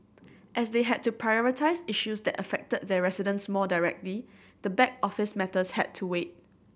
as they had to prioritise issues that affected their residents more directly the back office matters had to wait